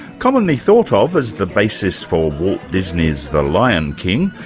commonly thought ah of as the basis for walt disney's the lion king,